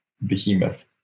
behemoth